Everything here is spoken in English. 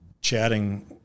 chatting